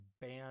ban